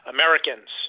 Americans